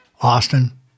Austin